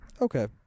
Okay